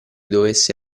dovesse